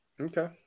Okay